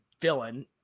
villain